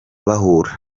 bahura